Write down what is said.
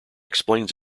explains